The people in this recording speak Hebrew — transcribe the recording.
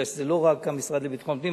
מפני שזה לא רק המשרד לביטחון פנים.